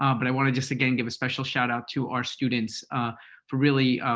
um but i want to just, again, give a special shout out to our students for really